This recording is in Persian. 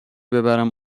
ببرم